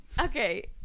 okay